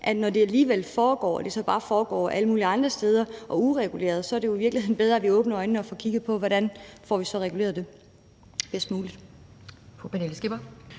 når det alligevel foregår og så bare foregår alle mulige andre steder ureguleret, så er det jo i virkeligheden bedre, at vi åbner øjnene og får kigget på, hvordan vi så får reguleret det bedst muligt.